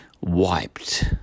wiped